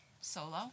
solo